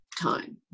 time